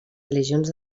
religions